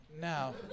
Now